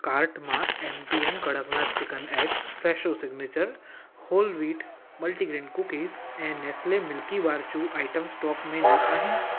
cart मां M P M Kadaknath chicken eggs Fresho signature whole wheat multigrain cookies ऐं Nestle Milkybar चू item stock में न आहिनि